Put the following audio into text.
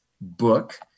book